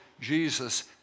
Jesus